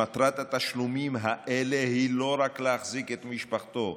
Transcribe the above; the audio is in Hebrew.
שמטרת התשלומים האלה היא לא רק להחזיק את משפחתו,